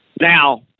now